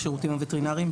השירותים הווטרינריים,